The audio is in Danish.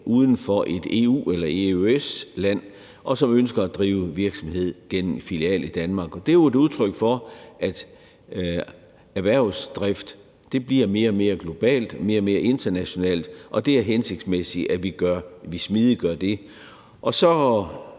uden for et EU- eller EØS-land, og som ønsker at drive virksomhed gennem en filial i Danmark. Det er jo et udtryk for, at erhvervsdrift bliver mere og mere global og mere og mere international, og det er hensigtsmæssigt, at vi smidiggør det.